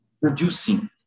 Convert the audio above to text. Producing